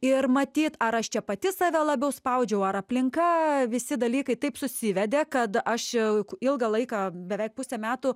ir matyt ar aš čia pati save labiau spaudžiau ar aplinka visi dalykai taip susivedė kad aš čia ilgą laiką beveik pusę metų